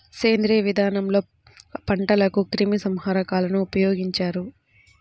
సేంద్రీయ విధానంలో పంటలకు క్రిమి సంహారకాలను ఉపయోగించరు